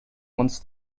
wants